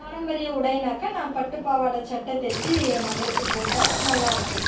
பாரம்பரிய உடைனாக்க நான் பட்டுப் பாவாடை சட்டை தச்சி என் மகளுக்குப் போட்டேன் நல்லாயிருக்கு